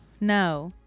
No